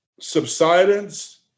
subsidence